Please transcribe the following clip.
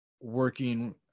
working